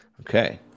Okay